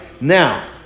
Now